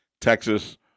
Texas